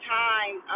time